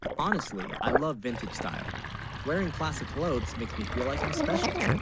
honestly i love vintage style wearing classic. clothes makes, me feel like i'm special